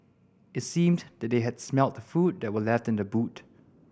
it seemed that they had smelt the food that were left in the boot